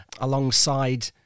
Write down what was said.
alongside